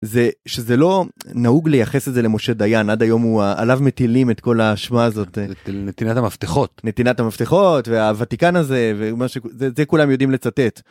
זה שזה לא נהוג לייחס את זה למשה דיין, עד היום הוא עליו מטילים את כל האשמה הזאת נתינת המפתחות נתינת המפתחות והוותיקן הזה וזה זה כולם יודעים לצטט.